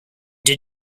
did